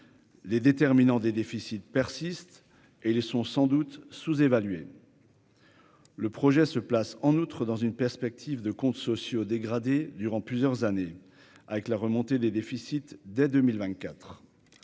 les déterminants des déficits persistent et les sont sans doute sous-évalués. Le projet se place en outre dans une perspective de comptes sociaux dégradé durant plusieurs années avec la remontée des déficits dès 2024,